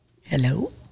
Hello